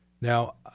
Now